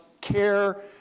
care